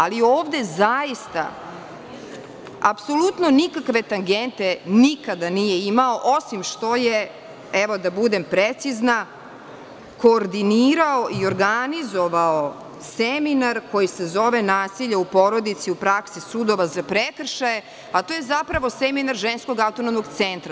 Ali ovde zaista apsolutno nikakve tangente nikada nije imao, osim što je, evo da budem precizna, koordinirao i organizovao seminar koji se zove „Nasilje u porodici u praksi sudova za prekršaje“, a to je zapravo seminar Ženskog autonomnog centra.